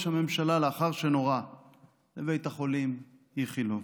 הממשלה לאחר שנורה לבית החולים איכילוב,